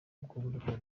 bw’uburyo